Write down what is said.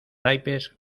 naipes